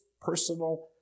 personal